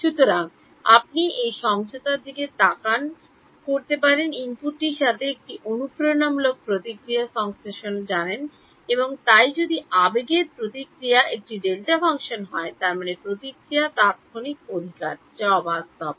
সুতরাং আপনি এই সমঝোতার দিকে তাকান করতে পারেন ইনপুটটির সাথে একটি অনুপ্রেরণামূলক প্রতিক্রিয়ার সংশ্লেষও জানেন এবং তাই যদি আবেগের প্রতিক্রিয়া একটি ডেল্টা ফাংশন হয় তার মানে প্রতিক্রিয়া তাত্ক্ষণিক অধিকার যা অবাস্তব